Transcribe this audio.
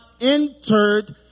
entered